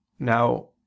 now